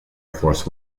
force